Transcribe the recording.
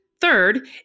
third